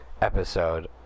episode